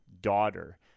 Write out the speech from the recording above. daughter